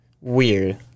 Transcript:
weird